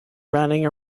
running